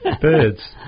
birds